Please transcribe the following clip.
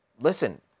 Listen